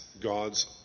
God's